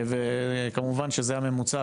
וכמובן שזה הממוצע.